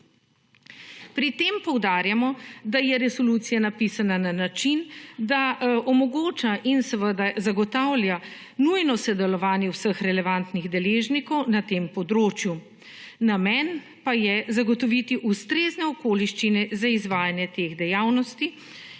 Pri tem poudarjamo, da je resolucija napisana na način, da omogoča in seveda zagotavlja nujno sodelovanje vseh relevantnih deležnikov na tem področju. Namen pa je zagotoviti ustrezne okoliščine za izvajanje teh dejavnosti